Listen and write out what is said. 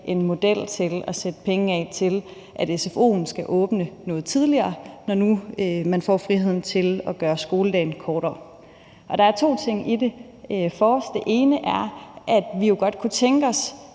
en model til at sætte penge af til, at sfo'en skal åbne noget tidligere, når nu man får friheden til at gøre skoledagen kortere. Der er to ting i det: Det ene er, at vi jo godt kunne tænke os,